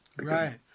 right